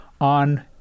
on